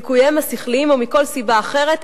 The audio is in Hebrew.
ליקוייהם השכליים או מכל סיבה אחרת,